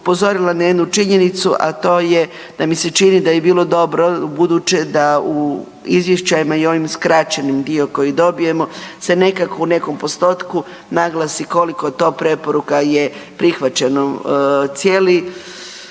upozorila na jednu činjenicu, a to je da mi se čini da bi bilo dobro ubuduće da u izvještajima i ovaj skraćeni dio koji dobijemo se nekako u nekom postotku naglasi koliko je to preporuka prihvaćeno, cijeli